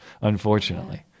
unfortunately